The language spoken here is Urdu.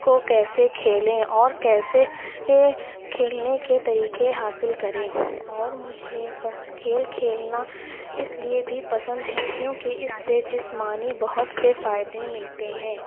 کو کیسے کھیلیں اور کیسے یہ کھیلنے کے طریقے حاصل کریں اور مجھے بہ کھیل کھیلنا اس لیے بھی پسند ہے کیونکہ اس سے جسمانی بہت سے فائدے ملتے ہیں